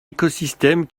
écosystème